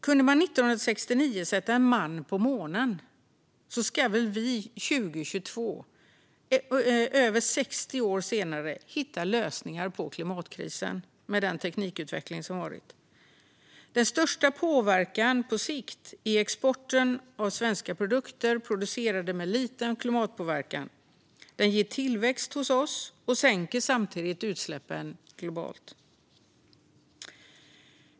Kunde man 1969 sätta en man på månen ska väl vi 2022, mer än 50 år senare, kunna hitta lösningar på klimatkrisen med tanke på den teknikutveckling som har varit. Den största påverkan på sikt är exporten av svenska produkter som är producerade med liten klimatpåverkan. Den ger tillväxt hos oss och sänker samtidigt utsläppen globalt.